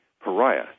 pariah